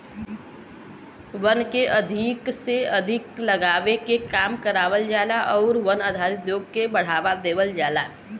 वन के अधिक से अधिक लगावे के काम करावल जाला आउर वन आधारित उद्योग के बढ़ावा देवल जाला